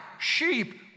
sheep